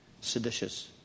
seditious